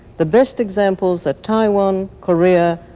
the best examples are taiwan, korea,